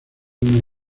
una